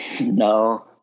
no